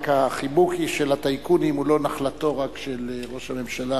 רק החיבוק של הטייקונים הוא לא נחלתו רק של ראש הממשלה,